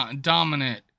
dominant